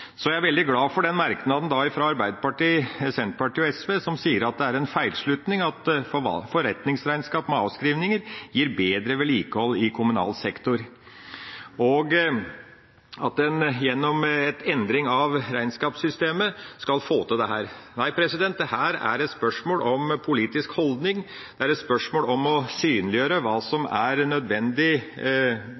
er derfor veldig glad for den merknaden fra Arbeiderpartiet, Senterpartiet og SV som sier at det er en feilslutning at forretningsregnskap med avskrivninger gir bedre vedlikehold i kommunal sektor, og at en gjennom en endring av regnskapssystemet skal få til dette. Nei, dette er et spørsmål om politisk holdning. Det er et spørsmål om å synliggjøre hva som er